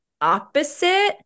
opposite